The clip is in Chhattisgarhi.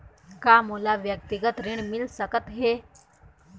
का मोला व्यक्तिगत ऋण मिल सकत हे?